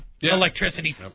electricity